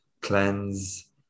cleanse